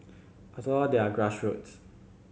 after all they are grassroots